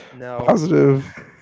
positive